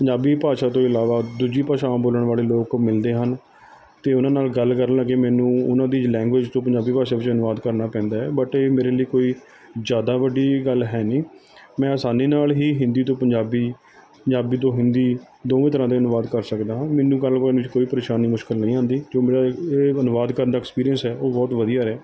ਪੰਜਾਬੀ ਭਾਸ਼ਾ ਤੋਂ ਇਲਾਵਾ ਦੂਜੀ ਭਾਸ਼ਾਵਾਂ ਬੋਲਣ ਵਾਲੇ ਲੋਕ ਮਿਲਦੇ ਹਨ ਅਤੇ ਉਹਨਾਂ ਨਾਲ ਗੱਲ ਕਰਨ ਲੱਗੇ ਮੈਨੂੰ ਉਹਨਾਂ ਦੀ ਲੈਂਗੁਏਜ਼ ਤੋਂ ਪੰਜਾਬੀ ਭਾਸ਼ਾ ਵਿੱਚ ਅਨੁਵਾਦ ਕਰਨਾ ਪੈਂਦਾ ਏ ਬਟ ਇਹ ਮੇਰੇ ਲਈ ਕੋਈ ਜ਼ਿਆਦਾ ਵੱਡੀ ਗੱਲ ਹੈ ਨਹੀਂ ਮੈਂ ਆਸਾਨੀ ਨਾਲ ਹੀ ਹਿੰਦੀ ਤੋਂ ਪੰਜਾਬੀ ਪੰਜਾਬੀ ਤੋਂ ਹਿੰਦੀ ਦੋਵੇਂ ਤਰ੍ਹਾਂ ਦੇ ਅਨੁਵਾਦ ਕਰ ਸਕਦਾ ਹਾਂ ਮੈਨੂੰ ਗੱਲ ਕਰਨ 'ਚ ਕੋਈ ਪਰੇਸ਼ਾਨੀ ਮੁਸ਼ਕਿਲ ਨਹੀਂ ਆਉਂਦੀ ਜੋ ਮੇਰਾ ਇਹ ਅਨੁਵਾਦ ਕਰਨ ਦਾ ਐਕਸਪੀਰੀਅੰਸ ਹੈ ਉਹ ਬਹੁਤ ਵਧੀਆ ਹੈ